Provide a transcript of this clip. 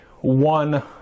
one